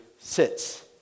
sits